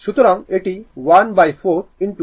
সুতরাং এটি 14 203